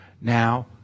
Now